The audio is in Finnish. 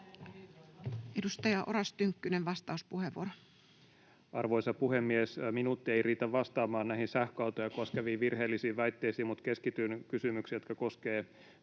Edustaja Oras Tynkkynen, vastauspuheenvuoro. Arvoisa puhemies! Minuutti ei riitä vastaamaan näihin sähköautoja koskeviin virheellisiin väitteisiin, mutta keskityn kysymyksiin, jotka koskevat